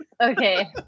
Okay